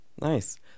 nice